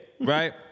right